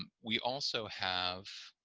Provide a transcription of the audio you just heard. um we also have